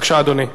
בבקשה, אדוני.